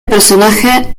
personaje